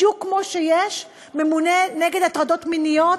בדיוק כמו שיש ממונה נגד הטרדות מיניות,